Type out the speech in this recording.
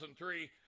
2003